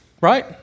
right